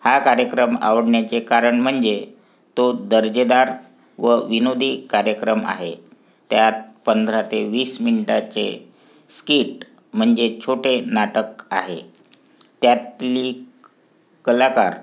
हा कार्यक्रम आवडण्याचे कारण म्हणजे तो दर्जेदार व विनोदी कार्यक्रम आहे त्यात पंधरा ते वीस मिनटाचे स्किट म्हणजे छोटे नाटक आहे त्यातली कलाकार